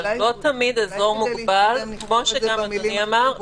אבל לא תמיד אזור מוגבל כמו שגם אדוני אמר,